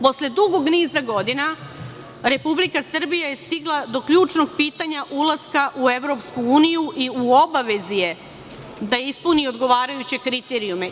Posle dugog niza godina Republika Srbija je stigla do ključnog pitanja ulaska u EU i u obavezi je da ispuni odgovarajuće kriterijume.